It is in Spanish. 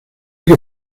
que